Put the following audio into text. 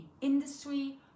industry